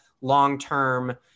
long-term